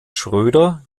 schröder